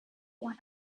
one